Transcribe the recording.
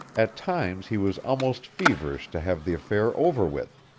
at times he was almost feverish to have the affair over with.